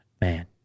Man